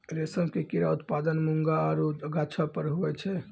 रेशम के कीड़ा उत्पादन मूंगा आरु गाछौ पर हुवै छै